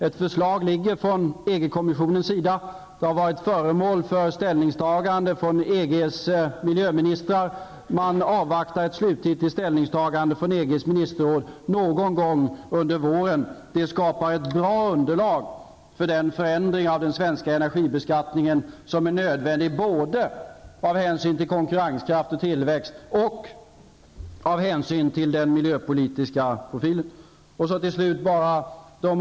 EG kommissionen har presenterat ett förslag, som har varit föremål för ställningstagande från EG:s miljöministrar. Man avvaktar ett slutgiltigt ställningstagande från EG:s ministerråd någon gång under våren. Detta skapar ett bra underlag för den förändring av den svenska energibeskattningen som är nödvändig både av hänsyn till konkurrenskraft och tillväxt och av hänsyn till den miljöpolitiska profilen.